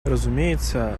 разумеется